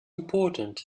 important